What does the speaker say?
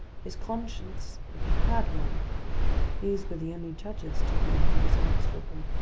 his conscience if he had one these were the only judges to whom he was answerable.